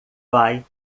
vai